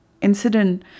incident